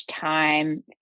time